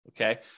Okay